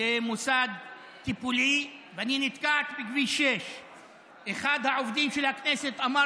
למוסד טיפולי ואני נתקעת בכביש 6. אחד העובדים של הכנסת אמר